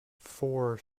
four